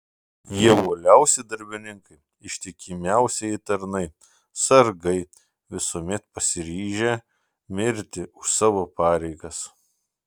jie uoliausi darbininkai ištikimiausieji tarnai sargai visuomet pasiryžę mirti už savo pareigas